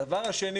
הדבר השני